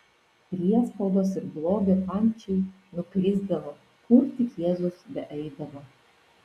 priespaudos ir blogio pančiai nukrisdavo kur tik jėzus beeidavo